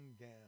down